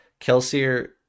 Kelsier